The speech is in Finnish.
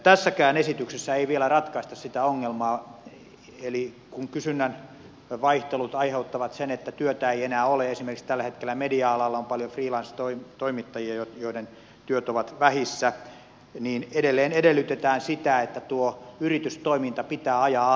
tässäkään esityksessä ei vielä ratkaista sitä ongelmaa että kun kysynnän vaihtelut aiheuttavat sen että työtä ei enää ole esimerkiksi tällä hetkellä media alalla on paljon freelance toimittajia joiden työt ovat vähissä niin edelleen edellytetään sitä että tuo yritystoiminta pitää ajaa alas